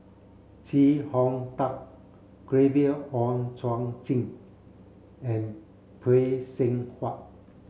Chee Hong Tat Gabriel Oon Chong Jin and Phay Seng Whatt